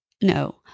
no